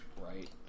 right